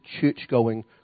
church-going